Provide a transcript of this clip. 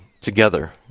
together